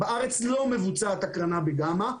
בארץ לא מבוצעת הקרנה בגמא,